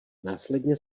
následně